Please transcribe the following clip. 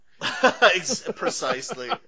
Precisely